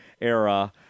era